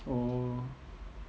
oh